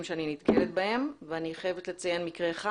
בהם אני נתקלת ואני חייבת לציין מקרה אחד.